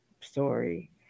story